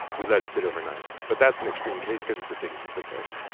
we let it sit overnight, but that's an extreme case because it's a big piece of fish.